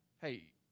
hey